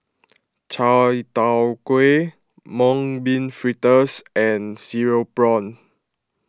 Chai Tow Kuay Mung Bean Fritters and Cereal Prawns